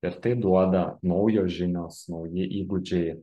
ir tai duoda naujos žinios nauji įgūdžiai